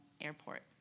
Airport